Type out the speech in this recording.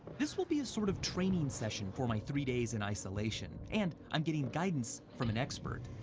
this will be sort of training session for my three days in isolation, and i'm getting guidance from an expert.